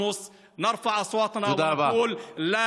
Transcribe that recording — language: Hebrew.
אנחנו